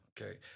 Okay